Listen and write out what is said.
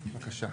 בבקשה.